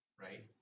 right